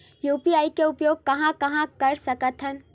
UPI के उपयोग कहां कहा कर सकत हन?